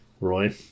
Roy